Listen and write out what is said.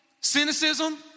cynicism